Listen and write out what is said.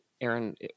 Aaron